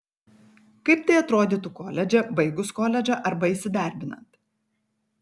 kaip tai atrodytų koledže baigus koledžą arba įsidarbinant